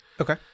Okay